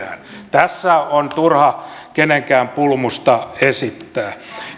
tässä on turha kenenkään pulmusta esittää